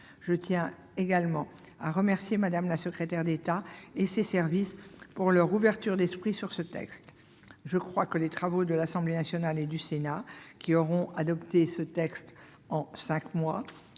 Je tiens également à remercier Mme la secrétaire d'État et ses services de leur ouverture d'esprit. Je crois que les travaux de l'Assemblée nationale et du Sénat, qui auront adopté ce texte en cinq mois,